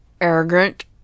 Arrogant